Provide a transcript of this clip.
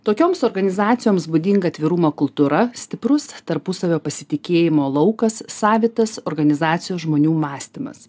tokioms organizacijoms būdinga atvirumo kultūra stiprus tarpusavio pasitikėjimo laukas savitas organizacijos žmonių mąstymas